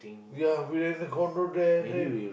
yeah we rent a condo there then